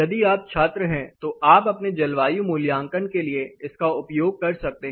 यदि आप छात्र है तो आप अपने जलवायु मूल्यांकन के लिए इसका उपयोग कर सकते हैं